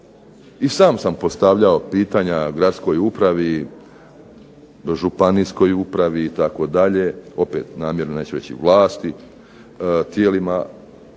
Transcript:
i sam sam postavljao pitanja gradskoj upravi, županijskoj upravi itd. opet neću namjerno reći vlasti tijelima